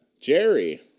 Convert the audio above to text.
Jerry